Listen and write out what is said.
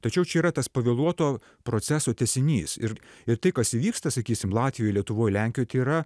tačiau čia yra tas pavėluoto proceso tęsinys ir ir tai kas įvyksta sakysim latvijoj lietuvoj lenkijoj tai yra